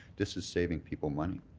this is saving people money.